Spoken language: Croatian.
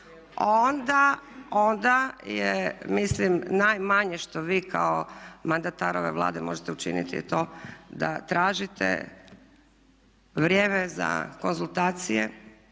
onda je mislim najmanje što vi kao mandatar ove Vlade možete učiniti je to da tražite vrijeme za konzultacije,